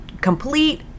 complete